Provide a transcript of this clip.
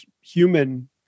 human